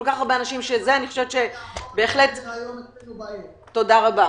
תודה רבה.